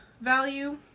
value